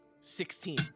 Sixteen